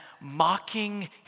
mocking